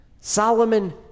Solomon